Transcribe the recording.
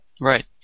Right